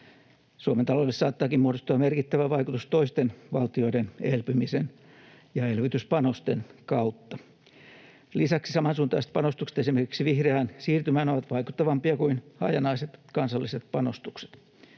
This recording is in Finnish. Suomen taloudelle saattaakin muodostua merkittävä vaikutus toisten valtioiden elpymisen ja elvytyspanosten kautta. Lisäksi samansuuntaiset panostukset esimerkiksi vihreään siirtymään ovat vaikuttavampia kuin hajanaiset kansalliset panostukset.